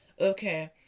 Okay